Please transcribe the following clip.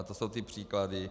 A to jsou ty příklady.